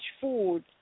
food